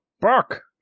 Buck